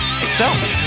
excel